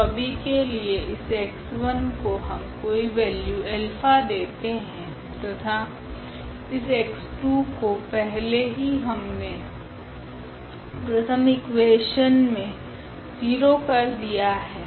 तो अभी के लिए इस x1 को हम कोई वैल्यू अल्फा देते है तथा इस x2 को पहले ही हमने प्रथम इकुवेशन मे 0 कर दिया है